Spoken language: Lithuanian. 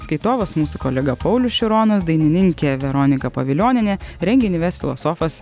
skaitovas mūsų kolega paulius šironas dainininkė veronika povilionienė renginį ves filosofas